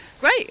Great